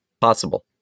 possible